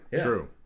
true